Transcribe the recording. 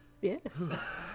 Yes